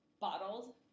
bottled